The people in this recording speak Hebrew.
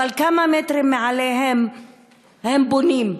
אבל כמה מטרים מעליהם הם בונים,